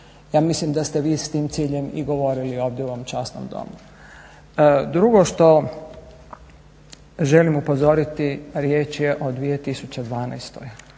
Ja mislim da ste vi s tim ciljem i govorili ovdje u ovom časnom domu. Drugo što želim upozoriti, riječ je o 2012.,